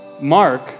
Mark